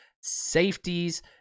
safeties